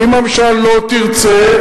ואם הממשלה לא תרצה?